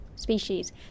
Species